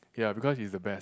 ya because she's the best